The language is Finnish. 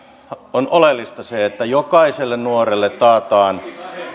on oleellista se että jokaiselle nuorelle taataan